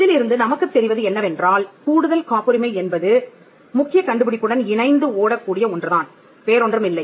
இதிலிருந்து நமக்குத் தெரிவது என்னவென்றால் கூடுதல் காப்புரிமை என்பது முக்கியக் கண்டுபிடிப்புடன் இணைந்து ஓடக்கூடிய ஒன்றுதான் வேறொன்றுமில்லை